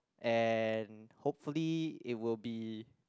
and hopefully it will be